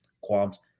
qualms